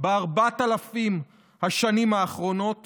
ב-4,000 השנים האחרונות